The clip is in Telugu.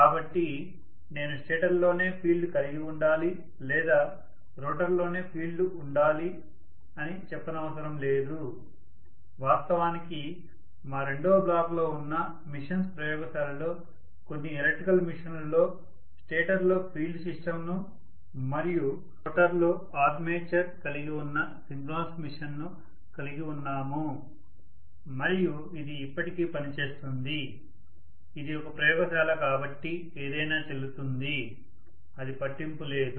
కాబట్టి నేను స్టేటర్లోనే ఫీల్డ్ కలిగి ఉండాలి లేదా రోటర్లోనే ఫీల్డ్ ఉండాలి అని చెప్పనవసరం లేదు వాస్తవానికి మా రెండవ బ్లాక్లో ఉన్న మెషీన్స్ ప్రయోగశాలలో కొన్ని ఎలక్ట్రికల్ మెషీన్లలో స్టేటర్లో ఫీల్డ్ సిస్టమ్ను మరియు రోటర్లో ఆర్మేచర్ కలిగి ఉన్న సింక్రోనస్ మిషన్ ను కలిగి ఉన్నాము మరియు ఇది ఇప్పటికీ పనిచేస్తుంది ఇది ఒక ప్రయోగశాల కాబట్టి ఏదైనా చెల్లుతుంది అది పట్టింపు లేదు